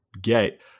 get